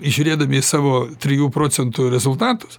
žiūrėdami į savo trijų procentų rezultatus